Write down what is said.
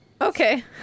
okay